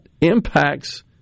impacts